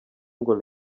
ngo